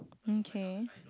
okay